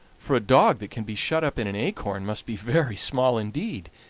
for a dog that can be shut up in an acorn must be very small indeed.